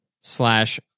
slash